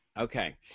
Okay